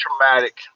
traumatic